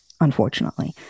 unfortunately